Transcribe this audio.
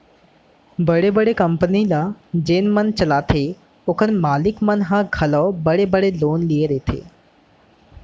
बड़े बड़े कंपनी ल जेन मन चलाथें ओकर मालिक मन ह घलौ बड़े बड़े लोन लिये रथें